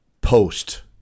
post